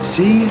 See